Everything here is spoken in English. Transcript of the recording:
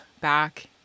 back